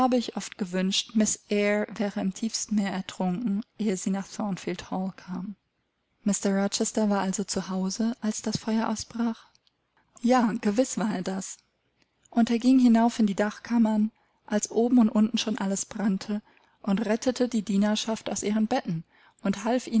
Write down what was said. oft gewünscht miß eyre wäre im tiefsten meer ertrunken ehe sie nach thornfield hall kam mr rochester war also zu hause als das feuer ausbrach ja gewiß war er das und er ging hinauf in die dachkammern als oben und unten schon alles brannte und rettete die dienerschaft aus ihren betten und half